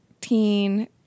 teen